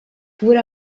pur